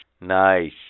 Nice